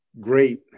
great